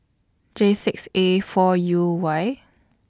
J six A four U Y